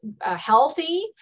healthy